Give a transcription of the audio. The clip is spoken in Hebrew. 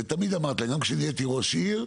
ותמיד אמרתי להם: גם כשנהייתי ראש עיר,